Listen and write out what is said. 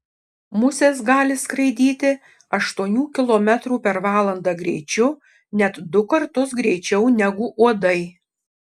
musės gali skraidyti aštuonių kilometrų per valandą greičiu net du kartus greičiau negu uodai